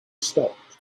stopped